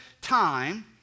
time